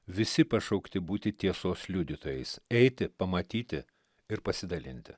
visi pašaukti būti tiesos liudytojais eiti pamatyti ir pasidalinti